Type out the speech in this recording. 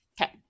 Okay